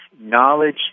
knowledge